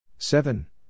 Seven